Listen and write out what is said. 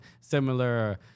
similar